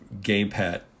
gamepad